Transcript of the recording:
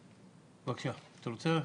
בבקשה, אתה רוצה?